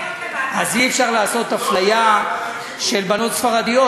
אז אי-אפשר לעשות אפליה של בנות ספרדיות.